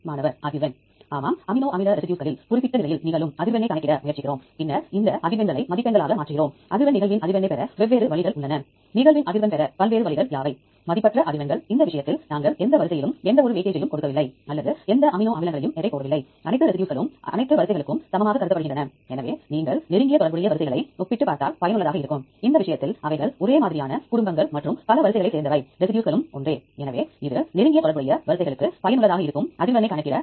வணக்கம் நான் அம் புஜ் இப்போது நான் DDBJ டேட்டாபேஸ் பற்றி விவரிக்க போகிறேன் இது ஒரு நியூக்ளியோடைடு டேட்டாபேஸ் இதில் நீங்கள் டேட்டா சமர்ப்பிப்பு மற்றும் தேடல் பகுப்பாய்வு மற்றும் சூப்பர் கம்ப்யூட்டர் வசதி மற்றும் ftp விஷயம் போன்ற பன்முக தேர்வுகள் உள்ளன என காணலாம் எனவே டேட்டா சமர்ப்பிக்கும் விருப்பத்தை பயன்படுத்தி உங்கள் வரிசையை சமர்ப்பிக்கலாம் இந்த டேட்டாபேஸில் நியூக்ளியோடைடு வரிசைகள் மற்றும் பகுப்பாய்வு கருவியை பயன்படுத்தி நீங்கள் பிரித்தெடுக்கலாம்